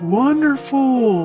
wonderful